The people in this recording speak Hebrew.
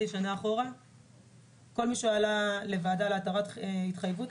כל מי שהועלה לוועדה להתרת התחייבות,